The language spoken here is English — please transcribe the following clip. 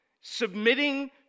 submitting